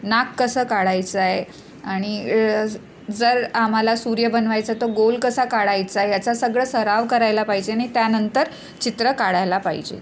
नाक कसं काढायचं आहे आणि ळ ज जर आम्हाला सूर्य बनवायचा तर गोल कसा काढायचा आहे याचा सगळं सराव करायला पाहिजे आणि त्यानंतर चित्र काढायला पाहिजे